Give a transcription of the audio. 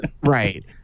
Right